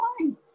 fine